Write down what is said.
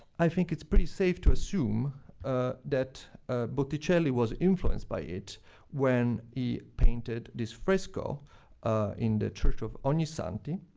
i think it's pretty safe to assume that botticelli was influenced by it when he painted this fresco in the church of ognissanti,